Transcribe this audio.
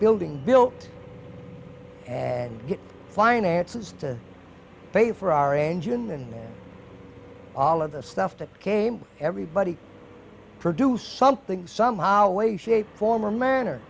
building built and finances to pay for our engine and all of the stuff that came everybody produce something somehow way shape form or manner